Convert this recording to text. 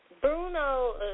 Bruno